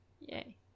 Yay